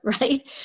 right